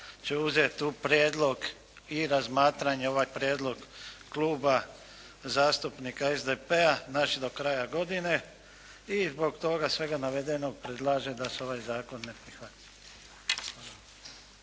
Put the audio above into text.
će uzeti u prijedlog i razmatranje ovaj prijedlog Kluba zastupnika SDP-a znači do kraja godine i zbog toga svega navedenog predlaže da se ovaj zakon ne prihvati.